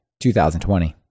2020